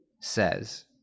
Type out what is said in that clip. says